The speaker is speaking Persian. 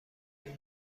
این